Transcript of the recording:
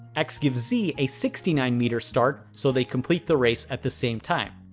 x gives z a sixty nine meters start so they complete the race at the same time.